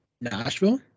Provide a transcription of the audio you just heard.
Nashville